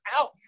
out